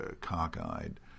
cockeyed